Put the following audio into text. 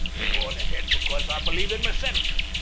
i'm going ahead because i believe in meself.